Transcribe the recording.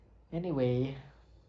anyway